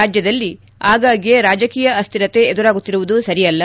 ರಾಜ್ಯದಲ್ಲಿ ಆಗಾಗ್ಯೆ ರಾಜಕೀಯ ಅಸ್ಟಿರತೆ ಎದುರಾಗುತ್ತಿರುವುದು ಸರಿಯಲ್ಲ